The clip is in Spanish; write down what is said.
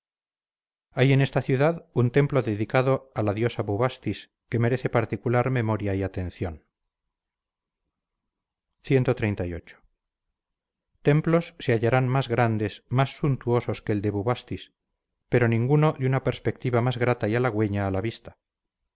hay en esta ciudad un templo dedicado a la diosa bubastis que merece particular memoria y atención cxxxviii templos se hallarán más grandes más suntuosos que el de bubastis pero ninguno de una perspectiva más grata y halagüeña a la vista la diosa